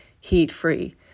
heat-free